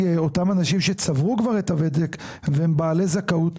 אותם אנשים שצברו כבר את הוותק והם בעלי זכאות,